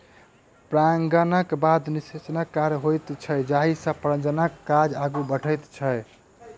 परागणक बाद निषेचनक काज होइत छैक जाहिसँ प्रजननक काज आगू बढ़ैत छै